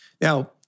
Now